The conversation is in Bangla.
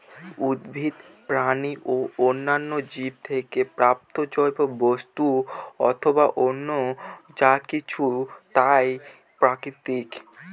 উদ্ভিদ, প্রাণী ও অন্যান্য জীব থেকে প্রাপ্ত জৈব বস্তু অথবা অন্য যা কিছু তাই প্রাকৃতিক